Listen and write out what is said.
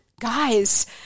Guys